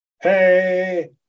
Hey